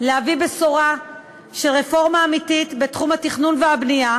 להביא בשורה של רפורמה אמיתית בתחום התכנון והבנייה,